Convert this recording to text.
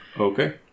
okay